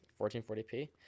1440p